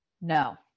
no